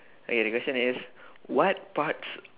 okay the question is what parts